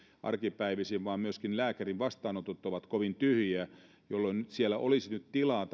arkipäivisin vaan myöskin lääkärin vastaanotot ovat kovin tyhjiä jolloin siellä olisi myöskin tilaa